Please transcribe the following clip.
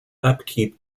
upkeep